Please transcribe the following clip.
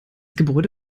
gebäude